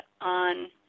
on